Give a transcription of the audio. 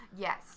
Yes